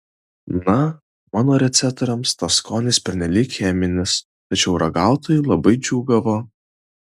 na mano receptoriams tas skonis pernelyg cheminis tačiau ragautojai labai džiūgavo